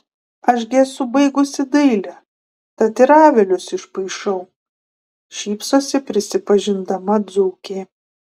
aš gi esu baigusi dailę tad ir avilius išpaišau šypsosi prisipažindama dzūkė